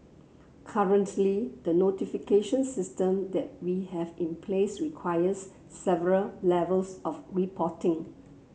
currently the notification system that we have in place requires several levels of reporting